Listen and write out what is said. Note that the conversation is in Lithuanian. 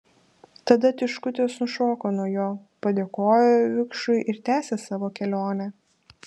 tada tiškutės nušoko nuo jo padėkojo vikšrui ir tęsė savo kelionę